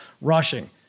rushing